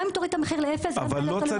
גם אם תוריד את המחיר לאפס או ל-200.